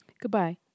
Goodbye